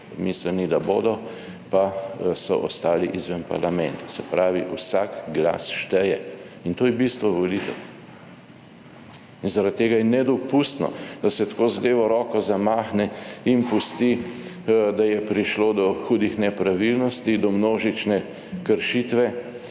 mislili, da bodo, pa so ostali izven parlamenta. Se pravi, vsak glas šteje in to je bistvo volitev. Zaradi tega je nedopustno, da se tako z levo roko zamahne in pusti, da je prišlo do hudih nepravilnosti, do množične kršitve,